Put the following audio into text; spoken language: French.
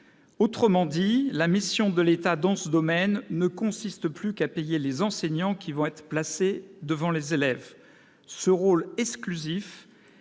termes, la mission de l'État dans ce domaine ne consiste plus qu'à payer les enseignants placés devant les élèves. Ce rôle exclusif